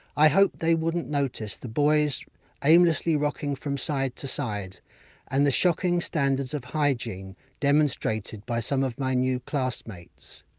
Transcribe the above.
i hoped they wouldn't notice the boys aimlessly rocking from side to side and the shocking standards of hygiene demonstrated by some of my new classmates.